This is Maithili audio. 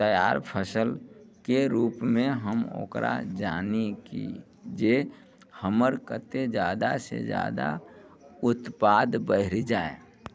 तैआर फसलके रूपमे हम ओकरा जानी कि जे हमर कतेक जादा से जादा उत्पाद बढ़ि जाय